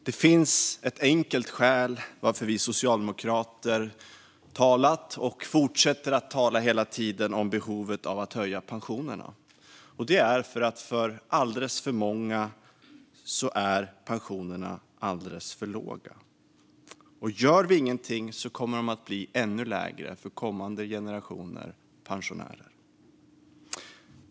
Det finns ett enkelt skäl till att vi socialdemokrater har talat och hela tiden fortsätter att tala om behovet av att höja pensionerna. Det är att för alldeles för många är pensionerna alldeles för låga. Gör vi ingenting kommer de att bli ännu lägre för kommande generationer pensionärer.